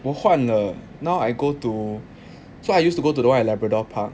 我换了 now I go to so I used to go to the one at labrador park